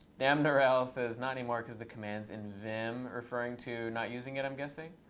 damnerel says, not anymore, because the commands in vim are referring to not using it, i'm guessing.